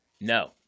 No